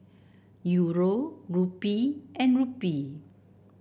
Euro Rupee and Rupee